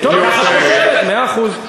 טוב, מאה אחוז.